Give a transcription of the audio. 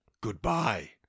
Goodbye